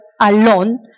alone